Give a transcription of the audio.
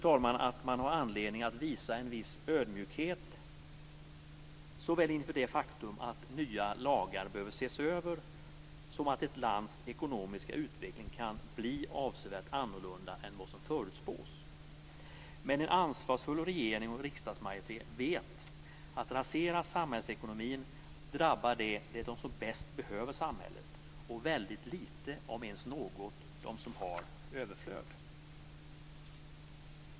Jag tycker man har anledning att visa en viss ödmjukhet inför såväl det faktum att nya lagar behöver ses över som att ett lands ekonomiska utveckling kan bli avsevärt annorlunda än vad som förutspås. En ansvarsfull regering och en ansvarsfull riksdagsmajoritet vet att om samhällsekonomin raseras drabbar det dem som bäst behöver samhället. Väldigt lite, om ens något, drabbar dem som har i överflöd.